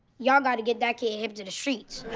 ya'll gotta get that kid hip to the streets.